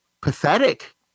pathetic